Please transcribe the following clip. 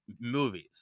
movies